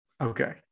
Okay